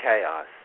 chaos